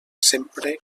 sempre